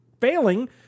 failing